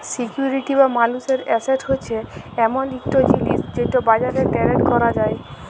security বা মালুসের asset হছে এমল ইকট জিলিস যেটকে বাজারে টেরেড ক্যরা যায়